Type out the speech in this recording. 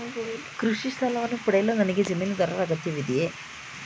ಕೃಷಿ ಸಾಲವನ್ನು ಪಡೆಯಲು ನನಗೆ ಜಮೀನುದಾರರ ಅಗತ್ಯವಿದೆಯೇ?